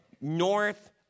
north